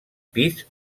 pis